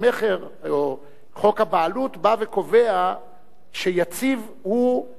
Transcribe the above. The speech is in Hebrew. או חוק הבעלות, בא וקובע שיציב הופך לאמת,